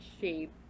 shape